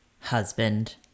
husband